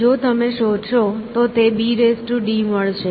જો તમે શોધશો તો તે bdમળશે